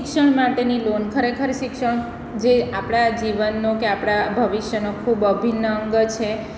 શિક્ષણ માટેની લોન ખરેખર શિક્ષણ જે આપણા જીવનનો કે આપણા ભવિષ્યનો ખૂબ અભિન્ન અંગ છે